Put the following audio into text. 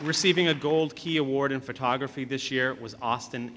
receiving a gold key award in photography this year it was austin